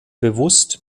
bewusst